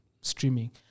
streaming